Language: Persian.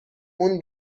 اون